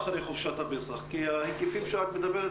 נברר